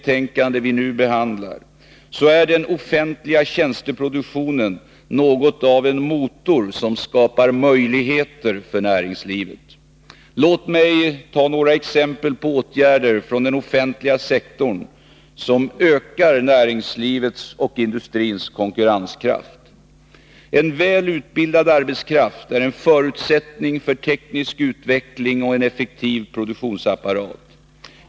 Tankarna i denna programskrift redovisas i en socialdemokratisk motion, som behandlas i det betänkande från finansutskottet som vi nu debatterar. Låt mig nämna några exempel på åtgärder från den offentliga sektorn som ökar näringslivets och industrins konkurrenskraft. En väl utbildad arbetskraft är en förutsättning för teknisk utveckling och en effektiv produktionsapparat.